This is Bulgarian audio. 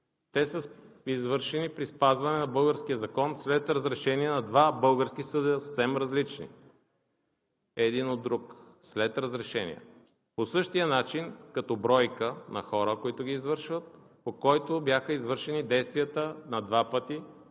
Те са извършени при спазване на българския закон след разрешение на два български съда – съвсем различни един от друг, след разрешение. По същия начин – като бройка на хора, които ги извършват, по който бяха извършени действията на два пъти